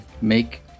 make